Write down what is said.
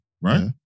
right